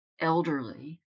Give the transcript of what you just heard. elderly